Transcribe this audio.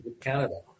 Canada